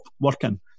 working